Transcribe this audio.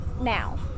now